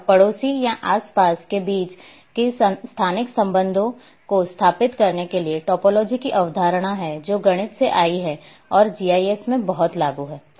और पड़ोसी या आस पास के बीच के स्थानिक संबंधों को स्थापित करने के लिए टोपोलॉजी की अवधारणा है जो गणित से आई है और जीआईएस में बहुत लागू है